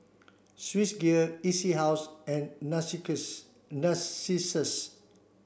Swissgear E C House and Narcissus